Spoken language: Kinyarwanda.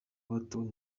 batowe